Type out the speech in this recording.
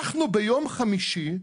אנחנו ביום חמישי,